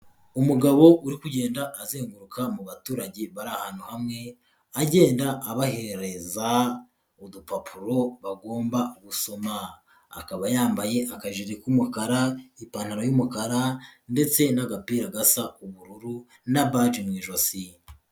Umugabo uri kugenda azenguruka mu baturage bari ahantu hamwe agenda abaheza udupapuro bagomba gusoma, akaba yambaye akajire k'umukara, ipantaro y'umukara ndetse n'agapira gashya ubururu na baji mu ijosi.